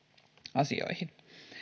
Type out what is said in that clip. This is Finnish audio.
asioihin